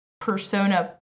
persona